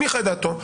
הניחה את דעתו,